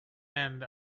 and